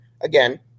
Again